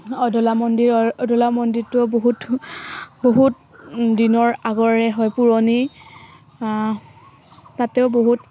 অদলা মন্দিৰৰ অদলা মন্দিৰটোও বহুত বহুত দিনৰ আগৰে হয় পুৰণি তাতেও বহুত